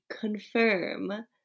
confirm